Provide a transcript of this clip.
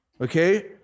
okay